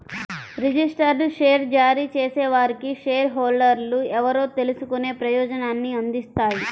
registered share జారీ చేసేవారికి share హోల్డర్లు ఎవరో తెలుసుకునే ప్రయోజనాన్ని అందిస్తాయి